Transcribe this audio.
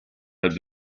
had